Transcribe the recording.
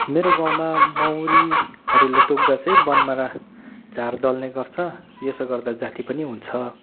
मेरो गाउँमा मौरीहरूले टोक्दा चाहिँ वनमारा झार दल्ने गर्छ यसो गर्दा जाती पनि हुन्छ